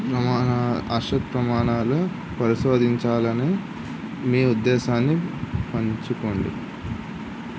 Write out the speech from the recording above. ప్రమాణ అర్హత ప్రమాణాలు పరిశోధించాలి అని మీ ఉద్దేశాన్ని పంచుకోండి